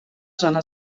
zona